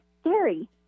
scary